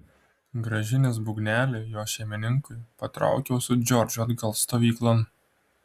grąžinęs būgnelį jo šeimininkui patraukiau su džordžu atgal stovyklon